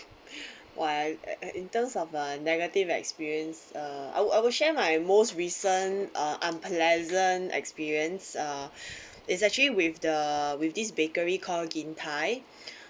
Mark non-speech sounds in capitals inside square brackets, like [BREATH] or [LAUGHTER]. [BREATH] why uh in terms of the negative experience uh I will I will share my most recent uh unpleasant experience uh [BREATH] it's actually with the with this bakery called gin thye [BREATH]